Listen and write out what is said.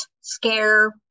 scare